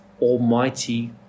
almighty